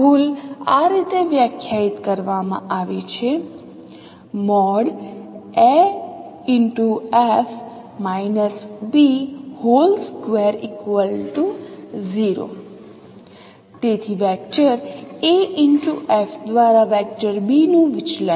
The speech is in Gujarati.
તેથી ભૂલ આ રીતે વ્યાખ્યાયિત કરવામાં આવી છે તેથી વેક્ટર Af દ્વારા વેક્ટર b નું વિચલન